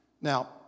Now